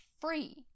free